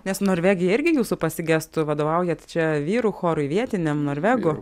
nes norvegija irgi jūsų pasigestų vadovaujat čia vyrų chorui vietiniam norvegų